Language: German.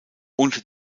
unter